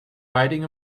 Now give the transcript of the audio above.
riding